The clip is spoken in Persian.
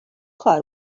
کار